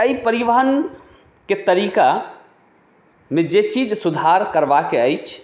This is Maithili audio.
एहि परिवहनके तरीकामे जे चीज सुधार करबाके अछि